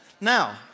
Now